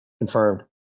confirmed